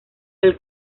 del